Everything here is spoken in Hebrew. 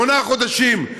שמונה חודשים.